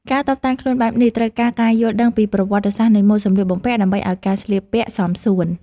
ការតុបតែងខ្លួនបែបនេះត្រូវការការយល់ដឹងពីប្រវត្តិសាស្ត្រនៃម៉ូដសម្លៀកបំពាក់ ដើម្បីឱ្យការស្លៀកពាក់សមសួន។